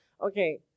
Okay